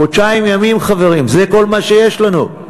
חודשיים ימים, חברים, זה כל מה שיש לנו.